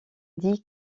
dit